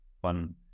one